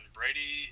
Brady